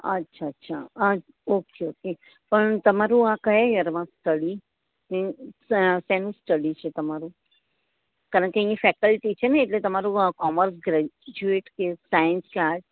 અચ્છા અચ્છા હા ઓક ઓકે પણ તમારું આ કયા યરમાં સ્ટડી શે શેનું સ્ટડી છે તમારું કારણ કે એની ફેકલ્ટી છે ને એટલે તમાંરુ કોમર્સ ગ્રેજ્યુએટ સાઇન્સ કે આર્ટસ